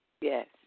Yes